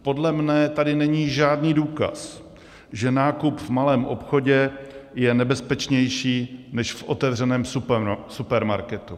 Podle mě tady není žádný důkaz, že nákup v malém obchodě je nebezpečnější než v otevřeném supermarketu.